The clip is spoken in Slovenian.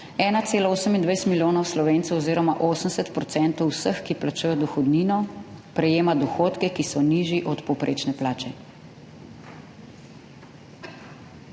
1,27 milijonov Slovencev oziroma 80 % vseh, ki plačujejo dohodnino, prejema dohodke, ki so nižji od povprečne plače